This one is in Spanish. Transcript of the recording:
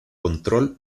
control